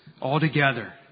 altogether